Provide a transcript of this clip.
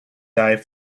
dive